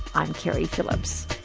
i'm keri phillips